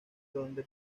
donde